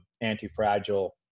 anti-fragile